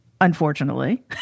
Unfortunately